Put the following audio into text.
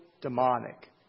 demonic